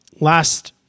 Last